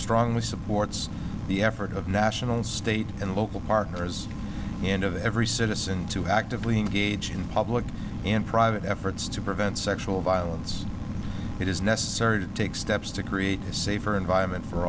strongly supports the efforts of national state and local partners and of every citizen to actively engage in public and private efforts to prevent sexual violence it is necessary to take steps to create a safer environment for